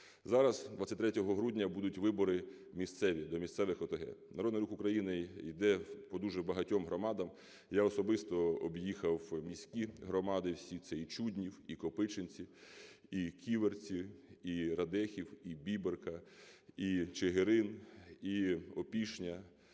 Зараз 23 грудня будуть вибори місцеві до місцевих ОТГ. Народний Рух України іде по дуже багатьом громадам. Я особисто об'їхав міські громади всі, це і Чуднів, і Копичинці, і Ківерці, і Радехів, і Бібрка, і Чигирин, і Опішня,